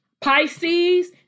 Pisces